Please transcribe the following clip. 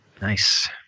Nice